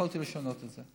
יכולתי לשנות את זה.